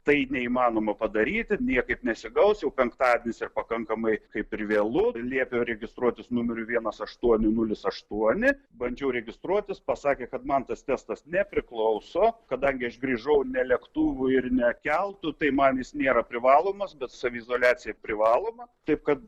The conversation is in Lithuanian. tai neįmanoma padaryti niekaip nesigaus jau penktadienis ir pakankamai kaip ir vėlu liepė registruotis numeriu vienas aštuoni nulis aštuoni bandžiau registruotis pasakė kad man tas testas nepriklauso kadangi aš grįžau ne lėktuvu ir ne keltu tai man jis nėra privalomas bet saviizoliacija privaloma taip kad